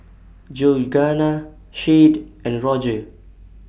Georganna Shade and Rodger